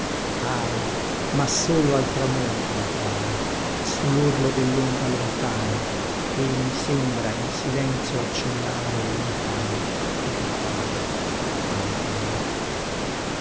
ahi ma solo al tramonto mappare su lorlo dellombra lontano e mi sembra in silenzio accennare lontano lontano lontano